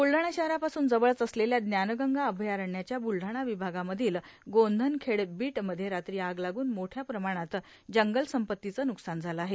ब्लढाणा शहरापासून जवळच असलेल्या ज्ञानगंगा अभयारण्याच्या ब्लढाणा विभागा मधील गांधनखेड बिट मध्ये रात्री आग लागून मोठ्या प्रमाणात जंगल संपत्तीचं न्कसान झालं आहे